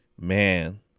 Man